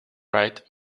right